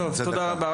טוב, תודה רבה.